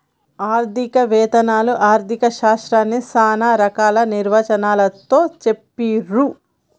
ఆర్థిక వేత్తలు ఆర్ధిక శాస్త్రాన్ని చానా రకాల నిర్వచనాలతో చెప్పిర్రు